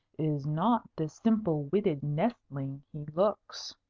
is not the simple-witted nestling he looks.